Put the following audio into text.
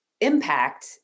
impact